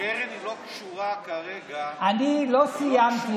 הקרן לא קשורה כרגע, אני לא סיימתי.